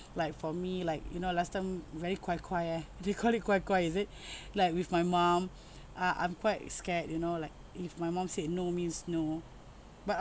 like for me like you know last time very guai guai they call it guai guai is it like with my mom uh I'm quite scared you know like if my mom said no means no but